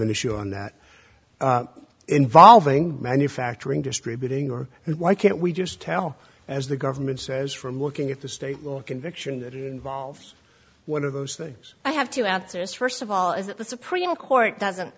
an issue on that involving manufacturing distributing or why can't we just tell as the government says from looking at the state conviction that it involves one of those things i have to answer is first of all is that the supreme court doesn't